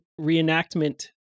reenactment